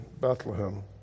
Bethlehem